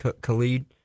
Khalid